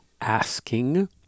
asking